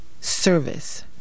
service